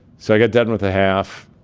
so i got done with the half.